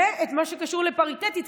ואת מה שקשור לפריטטית.